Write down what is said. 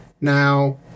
Now